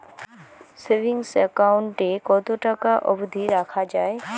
Savings account এ কতো টাকা অব্দি রাখা যায়?